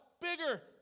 bigger